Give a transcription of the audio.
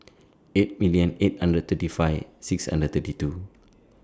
eight million eight hundred thirty five six hundred thirty two